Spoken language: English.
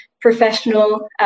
professional